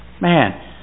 Man